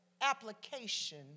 application